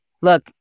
Look